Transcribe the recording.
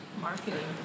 Marketing